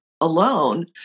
alone